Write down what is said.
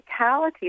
physicality